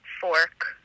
fork